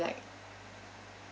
like